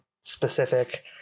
specific